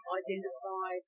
identify